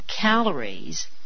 calories